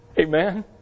Amen